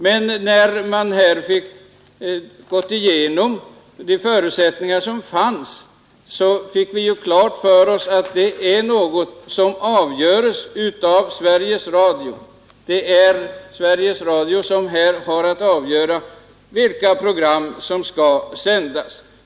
Men när vi gått igenom de förutsättningar som fanns, fick vi klart för oss att detta är någonting som avgörs av Sveriges Radio. Sveriges Radio avgör vilka program som skall sändas.